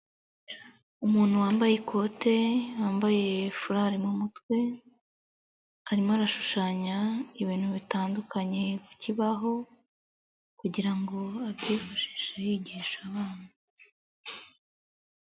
Umuntu wambaye ikote, yambaye furari mu mutwe,.Arimo arashushanya ibintu bitandukanye ku kibaho kugira ngo abyifashishe yigisha abana.